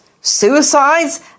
suicides